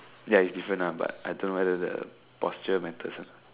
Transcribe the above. ya is different ah but I don't know if the posture matters ah